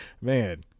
Man